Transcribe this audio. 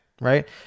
right